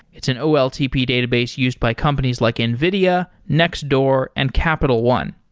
it's an oltp database used by companies like nvidia, nextdoor and capital one.